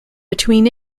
between